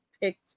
picked